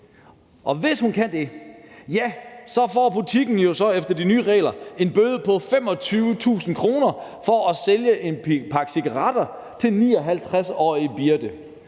og hvis hun kan det, får butikken efter de nye regler en bøde på 25.000 kr. for at sælge en pakke cigaretter til 59-årige Birte.